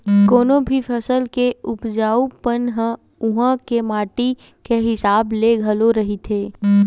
कोनो भी फसल के उपजाउ पन ह उहाँ के माटी के हिसाब ले घलो रहिथे